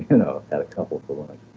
you know had a couple for lunch i